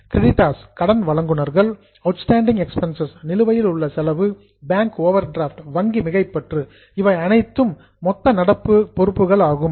creditors கடன் வழங்குநர்கள் outstanding expense நிலுவையில் உள்ள செலவு பேங்க் ஓவர்டிராப்ட் வங்கி மிகைப்பற்று இவை அனைத்தும் மொத்த நடப்பு பொறுப்புகள் ஆகும்